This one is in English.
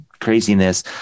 craziness